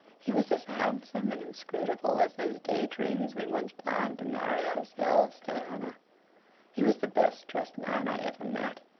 he was as handsome and inscrutable as those daydreams we once planned to marry ourselves, diana he was the best dressed man i ever met,